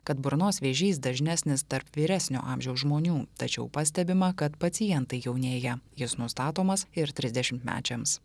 kad burnos vėžys dažnesnis tarp vyresnio amžiaus žmonių tačiau pastebima kad pacientai jaunėja jis nustatomas ir trisdešimtmečiams